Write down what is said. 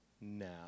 now